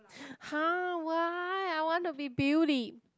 har why I want to be beauty